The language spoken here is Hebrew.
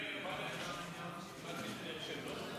רגע, רגע, באתי למליאה, באתי להירשם.